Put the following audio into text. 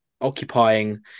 occupying